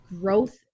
growth